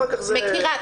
מכירה.